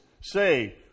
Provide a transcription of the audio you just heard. say